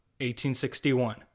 1861